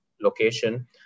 location